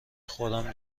خودم